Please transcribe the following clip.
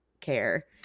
care